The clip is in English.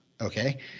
Okay